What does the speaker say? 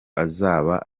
azaba